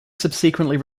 subsequently